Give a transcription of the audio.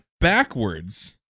backwards